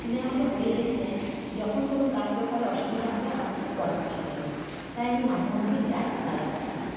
তিনি আমাকে বলিয়েছিলেন যখন কোনো গাছ ব্যাপারে অসুবিধা হবে আমার কাছে পরামর্শ নেবে তাই আমি মাঝেমাঝেই যাই দাদার কাছে